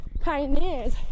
Pioneers